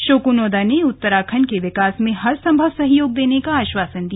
शोको Noda ने उत्तराखण्ड के विकास में हर सम्भव सहयोग का आश्वासन दिया